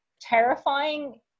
terrifying